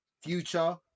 Future